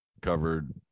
covered